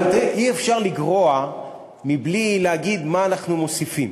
אבל אי-אפשר לגרוע בלי להגיד מה אנחנו מוסיפים,